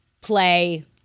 play